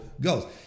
goes